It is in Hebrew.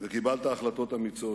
וקיבלת החלטות אמיצות.